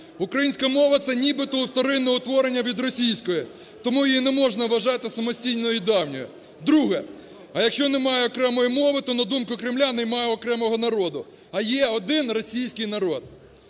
українська мова – це нібито вторинне утворення від російської, тому її не можна вважати самостійною і давньою. Друге. А якщо немає окремої мови, то на думку Кремля немає окремого народу, а є один російський народ.